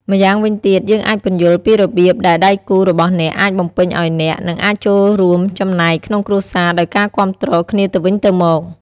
ម្យ៉ាងវិញទៀត យើងអាចពន្យល់ពីរបៀបដែលដៃគូរបស់អ្នកអាចបំពេញឱ្យអ្នក និងអាចចូលរួមចំណែកក្នុងគ្រួសារដោយការគាំទ្រគ្នាទៅវិញទៅមក។